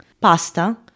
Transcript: pasta